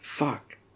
Fuck